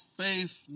faith